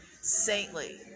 saintly